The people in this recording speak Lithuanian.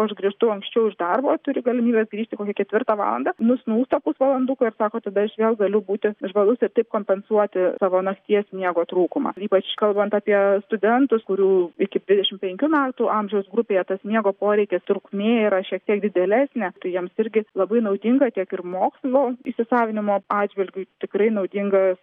aš grįžtu anksčiau iš darbo turi galimybę grįžti kokią ketvirtą valandą nusnūsta pusvalanduką ir sako tada aš vėl galiu būti žvalus ir taip kompensuoti savo nakties miego trūkumą ir ypač kalbant apie studentus kurių iki dvidešimt penkių metų amžiaus grupėje tas miego poreikis trukmė yra šiek tiek didėlesnė tai jiems irgi labai naudinga tiek ir mokslo įsisavinimo atžvilgiu tikrai naudingas